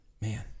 man